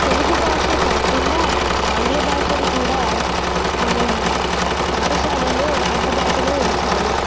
తెలుగు భాషే కాకుండా ఆంగ్ల భాష కూడా మనం పాఠశాలలో ఉంచాలి